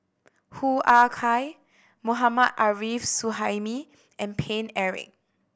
Hoo Ah Kay Mohammad Arif Suhaimi and Paine Eric